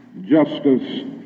justice